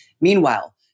Meanwhile